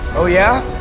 oh yeah?